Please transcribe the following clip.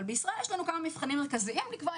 בישראל יש לנו כמה מבחנים מרכזיים לקביעת